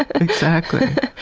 exactly.